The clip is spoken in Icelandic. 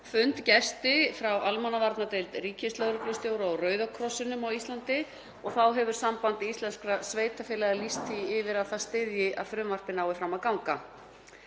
fund gesti frá almannavarnadeild ríkislögreglustjóra og Rauða krossinum á Íslandi. Þá hefur Samband íslenskra sveitarfélaga lýst því yfir að það styðji að frumvarpið nái fram að ganga.